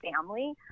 family